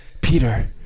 peter